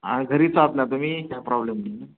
हा घरीचं आहात ना तुमी काय प्रॉब्लेम नाही